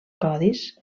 codis